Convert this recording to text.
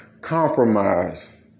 compromise